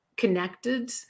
connected